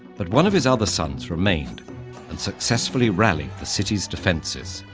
but one of his other sons remained and successfully rallied the city's defenses.